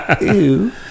ew